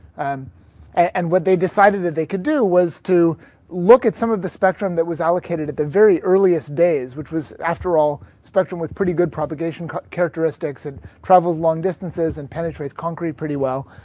and and what they decided that they could do was to look at some of the spectrum that was allocated at the very earliest days which was after all spectrum with pretty good propagation characteristics and travels long distances and penetrates concrete pretty well.